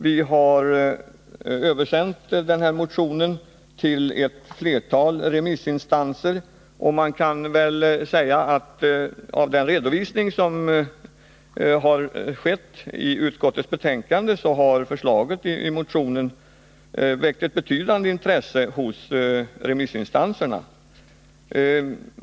Vi har skickat över den till ett flertal remissinstanser, och som framgår av den redovisning som har skett i utskottets betänkande har förslaget i motionen väckt ett betydande intresse hos remissinstanserna.